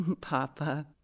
Papa